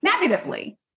negatively